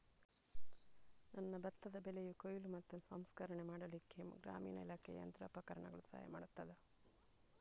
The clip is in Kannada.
ನನ್ನ ಭತ್ತದ ಬೆಳೆಯ ಕೊಯ್ಲು ಮತ್ತು ಸಂಸ್ಕರಣೆ ಮಾಡಲಿಕ್ಕೆ ಗ್ರಾಮೀಣ ಇಲಾಖೆಯು ಯಂತ್ರೋಪಕರಣಗಳ ಸಹಾಯ ಮಾಡುತ್ತದಾ?